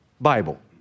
Bible